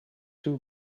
two